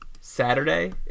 Saturday